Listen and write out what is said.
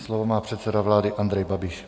Slovo má předseda vlády Andrej Babiš.